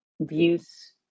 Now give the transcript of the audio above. views